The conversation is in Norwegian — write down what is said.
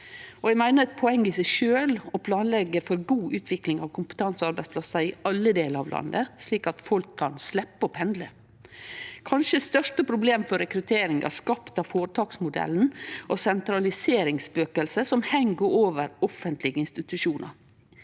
det er eit poeng i seg sjølv å planleggje for god utvikling av kompetansearbeidsplassar i alle delar av landet, slik at folk kan sleppe å pendle. Det kanskje største problemet for rekrutteringa er skapt av føretaksmodellen og sentraliseringsspøkelset som heng over offentlege institusjonar.